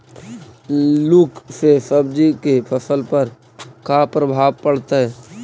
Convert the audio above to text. लुक से सब्जी के फसल पर का परभाव पड़तै?